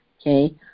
Okay